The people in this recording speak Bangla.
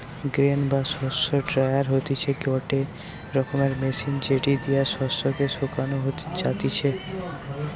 গ্রেন বা শস্য ড্রায়ার হতিছে গটে রকমের মেশিন যেটি দিয়া শস্য কে শোকানো যাতিছে